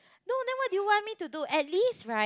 no then what do you want me to do at least right